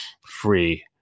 free